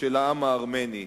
והסבל של העם הארמני,